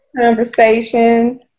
Conversation